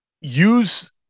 use